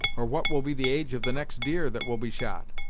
or what will be the age of the next deer that will be shot!